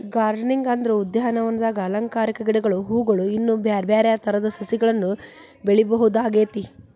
gardening ಅಂದ್ರ ಉದ್ಯಾನವನದಾಗ ಅಲಂಕಾರಿಕ ಗಿಡಗಳು, ಹೂವುಗಳು, ಇನ್ನು ಬ್ಯಾರ್ಬ್ಯಾರೇ ತರದ ಸಸಿಗಳನ್ನ ಬೆಳಿಯೋದಾಗೇತಿ